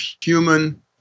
human